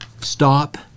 stop